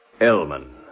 Elman